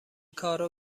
کارو